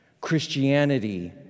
Christianity